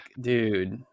dude